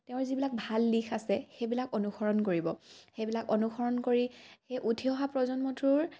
তেওঁৰ যিবিলাক ভাল দিশ আছে সেইবিলাক অনুসৰণ কৰিব সেইবিলাক অনুসৰণ কৰি সেই উঠি অহা প্ৰজন্মটোৰ